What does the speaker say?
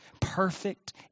perfect